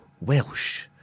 Welsh